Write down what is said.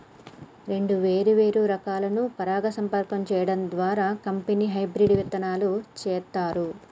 రెండు ఏరు ఏరు రకాలను పరాగ సంపర్కం సేయడం ద్వారా కంపెనీ హెబ్రిడ్ ఇత్తనాలు సేత్తారు